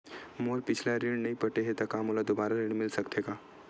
मोर पिछला ऋण नइ पटे हे त का मोला दुबारा ऋण मिल सकथे का?